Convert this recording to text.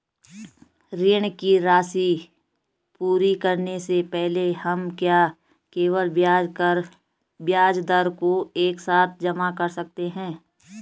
ऋण की राशि पूरी करने से पहले हम क्या केवल ब्याज दर को एक साथ जमा कर सकते हैं?